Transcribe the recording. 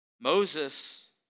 Moses